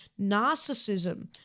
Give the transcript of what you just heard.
narcissism